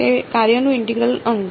તે કાર્યનું ઇન્ટેગ્રલ અંગ